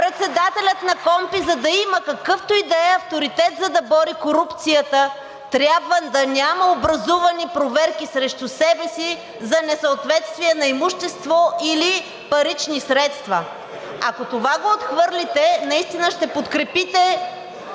председателят на КПКОНПИ, за да има какъвто и да е авторитет, за да бори корупцията, трябва да няма образувани проверки срещу себе си за несъответствие на имущество или парични средства? Ако това го отхвърлите, наистина ще подкрепите